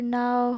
now